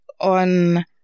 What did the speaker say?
on